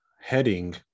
heading